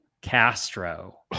Castro